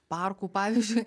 parkų pavyzdžiui